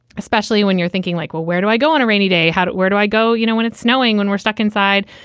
especially when you're thinking like, well, where do i go on a rainy day? how to. where do i go? you know, when it's snowing, when we're stuck inside?